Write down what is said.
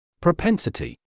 Propensity